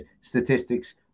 statistics